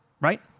Right